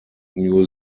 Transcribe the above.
new